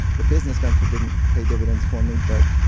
the business venture didn't pay dividends for me but